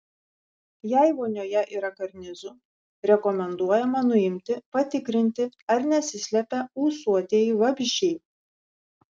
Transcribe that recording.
jei vonioje yra karnizų rekomenduojama nuimti patikrinti ar nesislepia ūsuotieji vabzdžiai